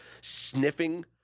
sniffing